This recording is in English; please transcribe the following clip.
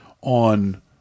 on